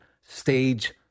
stage